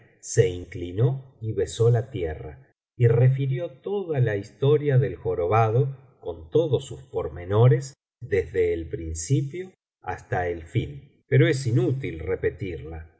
se inclinó y besó la tierra y refirió toda la historia del jorobado con todos sus pormenores desde el principio hasta el fin pero es inútil repetirla